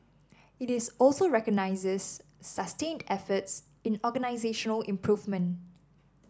it is also recognises sustained efforts in organisational improvement